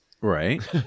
Right